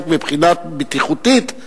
רק מבחינה בטיחותית,